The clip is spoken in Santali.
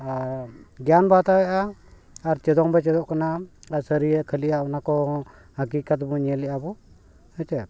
ᱟᱨ ᱜᱮᱭᱟᱱ ᱵᱟᱛᱟᱣᱮᱜᱼᱟ ᱟᱨ ᱪᱮᱫᱚᱜ ᱵᱟ ᱪᱮᱫᱚᱜ ᱠᱟᱱᱟ ᱟᱨ ᱥᱟᱹᱨᱤᱭᱟᱹ ᱠᱷᱟᱹᱞᱤ ᱚᱱᱟ ᱠᱚ ᱦᱟᱹᱠᱤ ᱠᱟᱛᱮᱫ ᱵᱚᱱ ᱧᱮᱞᱮᱜᱼᱟ ᱵᱚ ᱦᱮᱸ ᱪᱮ